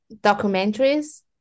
documentaries